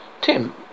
Tim